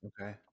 Okay